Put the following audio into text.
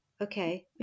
okay